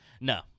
No